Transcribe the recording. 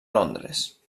londres